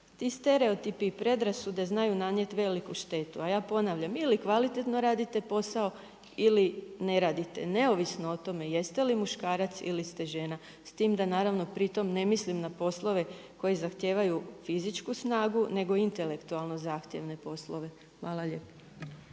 Ti stereotipi i predrasude znaju nanijeti veliku štetu, a ja ponavljam ili kvalitetno radite posao ili ne radite, neovisno o tome jeste li muškarac ili ste žena. S tim da naravno pritom ne mislim na poslove koji zahtijevaju fizičku snagu nego intelektualno zahtjevne poslove. Hvala lijepo.